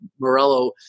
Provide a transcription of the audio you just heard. Morello